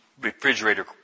refrigerator